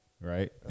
Right